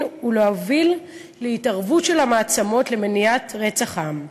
ולהוביל להתערבות של המעצמות למניעת רצח העם.